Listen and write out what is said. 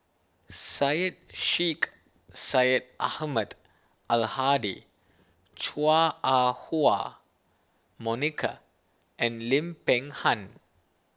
Syed Sheikh Syed Ahmad Al Hadi Chua Ah Huwa Monica and Lim Peng Han